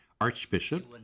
archbishop